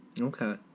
Okay